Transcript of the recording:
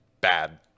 bad